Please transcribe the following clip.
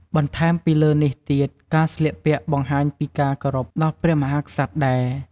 បន្ថែមពីលើនេះទៀតការស្លៀកពាក់បង្ហាញពីការគោរពដល់ព្រះមហាក្សត្រដែរ។